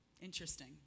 Interesting